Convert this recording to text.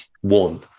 one